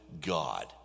God